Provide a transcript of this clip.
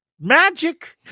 magic